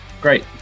Great